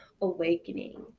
awakening